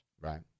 right